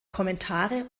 kommentare